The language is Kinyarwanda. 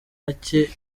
make